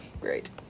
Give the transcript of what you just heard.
great